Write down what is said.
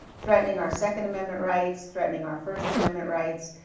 threatening our second amendment rights, threatening our first amendment rights.